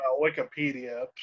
Wikipedia